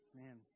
man